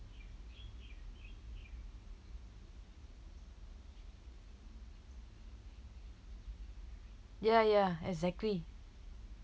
ya ya exactly